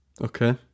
Okay